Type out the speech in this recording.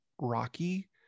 Rocky